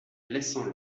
laissant